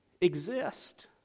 exist